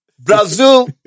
Brazil